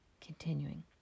Continuing